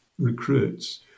recruits